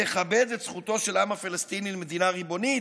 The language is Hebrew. תכבד את זכותו של העם הפלסטיני למדינה ריבונית?